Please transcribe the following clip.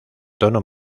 tono